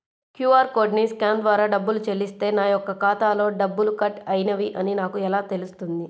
QR కోడ్ని scan ద్వారా డబ్బులు చెల్లిస్తే నా యొక్క ఖాతాలో డబ్బులు కట్ అయినవి అని నాకు ఎలా తెలుస్తుంది?